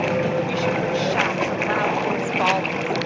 lucretia heard shouts and loud, hoarse bawlings,